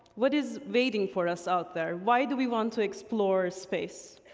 what is waiting for us out there? why do we want to explore space?